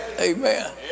Amen